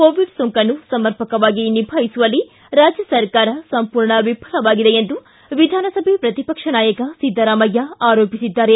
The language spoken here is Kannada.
ಕೋವಿಡ್ ಸೋಂಕನ್ನು ಸಮರ್ಪಕವಾಗಿ ನಿಭಾಯಿಸುವಲ್ಲಿ ರಾಜ್ಯ ಸರ್ಕಾರ ಸಂಪೂರ್ಣ ವಿಫಲವಾಗಿದೆ ಎಂದು ವಿಧಾನಸಭೆಯ ಪ್ರತಿಪಕ್ಷ ನಾಯಕ ಸಿದ್ದರಾಮಯ್ಯ ಆರೋಪಿಸಿದ್ದಾರೆ